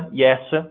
yes, ah